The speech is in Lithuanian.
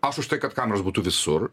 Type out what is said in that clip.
aš už tai kad kameros būtų visur